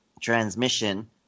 transmission